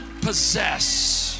possess